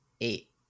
Eight